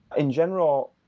in general,